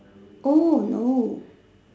oh no